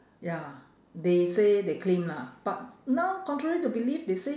ya they say they claim lah but now contrary to belief they say